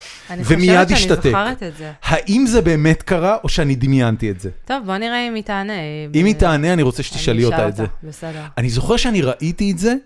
אני חושבת שאני זוכרת את זה... ומייד השתתק. האם זה באמת קרה, או שאני דמיינתי את זה? טוב בוא נראה אם היא תענה. אם היא תענה אני רוצה שתשאלי אותה את זה. בסדר. אני זוכר שאני ראיתי את זה.